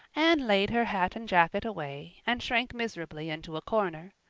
anne laid her hat and jacket away, and shrank miserably into a corner.